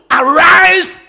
arise